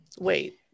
Wait